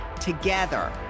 Together